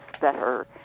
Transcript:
better